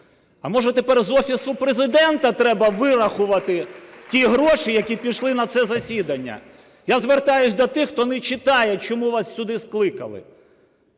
А, може, тепер з Офісу Президента треба вирахувати ті гроші, які пішли на це засідання? Я звертаюсь до тих, хто не читає чому вас сюди скликали.